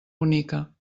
bonica